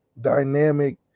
dynamic